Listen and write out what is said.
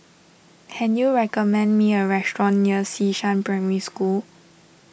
can you recommend me a restaurant near Xishan Primary School